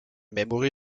memory